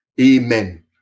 amen